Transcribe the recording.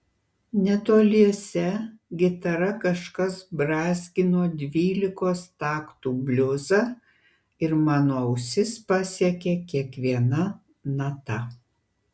netoliese gitara kažkas brązgino dvylikos taktų bliuzą ir mano ausis pasiekė kiekviena nata